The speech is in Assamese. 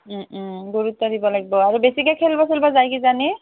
গুৰুত্ব দিব লাগিব আৰু বেছিকে খেলিব চেলিব যায় কিজানি